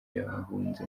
yahunze